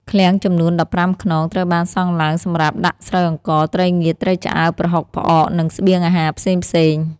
ឃ្លាំងចំនួន ១៥ ខ្នងត្រូវបានសង់ឡើងសម្រាប់ដាក់ស្រូវអង្ករ ត្រីងៀត ត្រីឆ្អើរ ប្រហុក ផ្អក និងស្បៀងអាហារផ្សេងៗ។